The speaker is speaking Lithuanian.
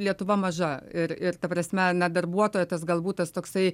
lietuva maža ir ir ta prasme na darbuotojo tas galbūt tas toksai